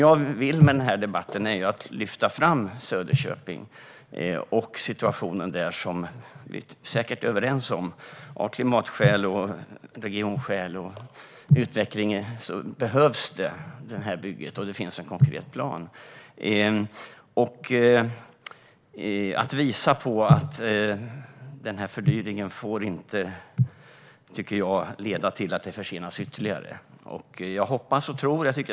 Jag vill i den här debatten lyfta fram situationen i Söderköping. Vi är säkert överens om att av klimatskäl, regionskäl och utvecklingsskäl behövs bygget, och det finns en konkret plan. Fördyringen får inte leda till att frågan försenas ytterligare.